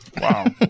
Wow